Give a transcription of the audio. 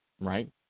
Right